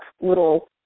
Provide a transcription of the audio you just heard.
little